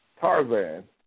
Tarzan